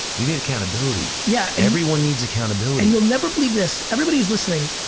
you need accountability. yeah. everyone needs accountability and you'll never believe this. everybody who's listening.